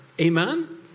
Amen